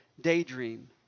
daydream